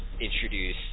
introduce